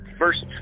first